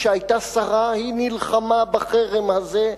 כשהיתה שרה היא נלחמה בחרם הזה,